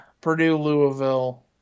Purdue-Louisville